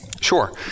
Sure